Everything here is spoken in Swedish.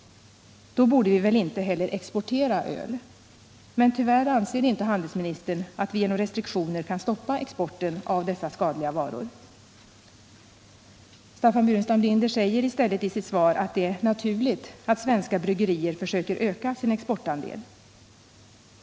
Då borde vi väl inte heller exportera öl! Men tyvärr anser inte handelsministern att vi genom restriktioner kan stoppa exporten av dessa skadliga varor. Staffan Burenstam Linder säger i stället i sitt svar att det är naturligt att svenska bryggerier försöker öka sin exportandel.